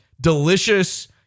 delicious